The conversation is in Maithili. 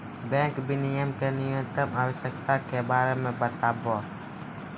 बैंक विनियमो के न्यूनतम आवश्यकता के बारे मे बताबो